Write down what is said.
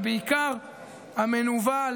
אבל בעיקר המנוול,